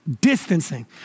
distancing